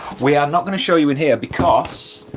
we are not going to show you in here because,